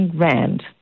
rand